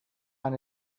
han